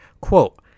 Quote